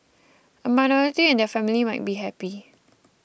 a minority and their family might be happy